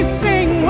sing